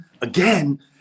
again